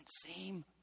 seem